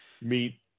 meet